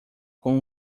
com